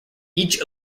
each